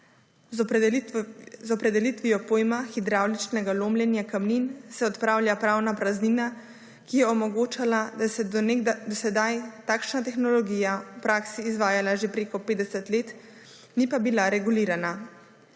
Z opredelitvijo pojma hidravličnega lomljenja kamnin se odpravlja pravna praznina, ki je omogočala, da se je do sedaj takšna tehnologija v praksi izvajala že preko 50 let, ni pa bila regulirana.